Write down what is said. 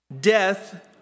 death